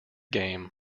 game